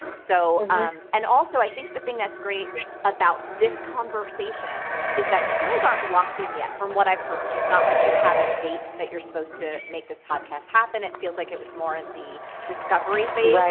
so um and also, i think the thing that's great about this conversation is that you guys aren't locked in yet from what i've heard. it's not like you have a date that you're supposed to make this podcast happen, it feels like it was more in the discovery phase.